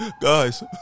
guys